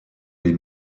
les